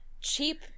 cheap